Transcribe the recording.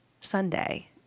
Sunday